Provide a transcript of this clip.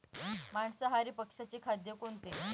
मांसाहारी पक्ष्याचे खाद्य कोणते?